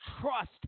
trust